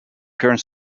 current